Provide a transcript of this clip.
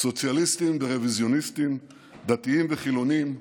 סוציאליסטים ורוויזיוניסטים, דתיים וחילונים,